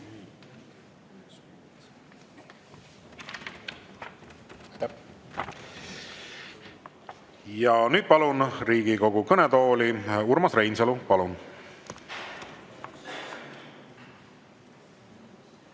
Nüüd palun Riigikogu kõnetooli Urmas Reinsalu. Palun!